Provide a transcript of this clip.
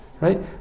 right